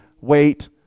Wait